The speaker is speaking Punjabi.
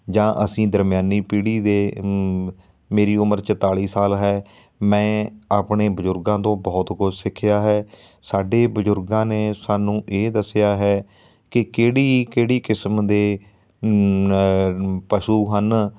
ਜਾਂ ਅਸੀਂ ਦਰਮਿਆਨੀ ਪੀੜ੍ਹੀ ਦੇ ਮੇਰੀ ਉਮਰ ਚੁਤਾਲੀ ਸਾਲ ਹੈ ਮੈਂ ਆਪਣੇ ਬਜ਼ੁਰਗਾਂ ਤੋਂ ਬਹੁਤ ਕੁਛ ਸਿੱਖਿਆ ਹੈ ਸਾਡੇ ਬਜ਼ੁਰਗਾਂ ਨੇ ਸਾਨੂੰ ਇਹ ਦੱਸਿਆ ਹੈ ਕਿ ਕਿਹੜੀ ਕਿਹੜੀ ਕਿਸਮ ਦੇ ਪਸ਼ੂ ਹਨ